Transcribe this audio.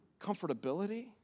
Comfortability